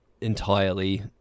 entirely